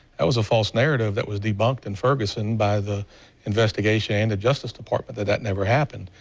that was a false narrative that was debunked in ferguson by the investigation and the justice department that that never happened.